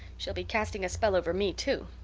she'll be casting a spell over me, too.